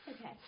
Okay